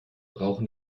brauchen